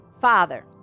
father